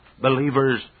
Believers